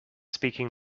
speaking